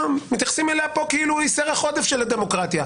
מתייחסים אליה פה כאילו היא סרח עודף של הדמוקרטיה.